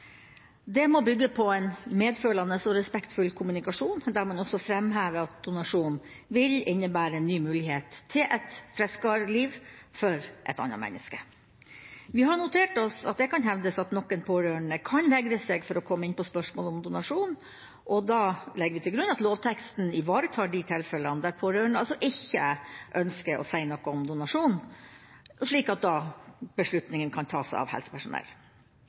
Det må bygge på en medfølende og respektfull kommunikasjon, der man også framhever at donasjon vil innebære en ny mulighet til et friskere liv for et annet menneske. Vi har notert oss at det kan hevdes at noen pårørende kan vegre seg for å komme inn på spørsmålet om donasjon. Vi legger til grunn at lovteksten ivaretar de tilfellene der pårørende ikke ønsker å si noe om donasjon, slik at beslutninga da kan tas av helsepersonell.